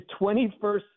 21st